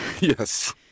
Yes